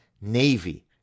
Navy